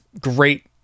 great